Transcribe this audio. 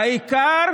העיקר